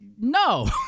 No